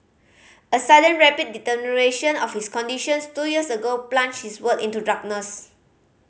a sudden rapid deterioration of his conditions two years ago plunged his world into darkness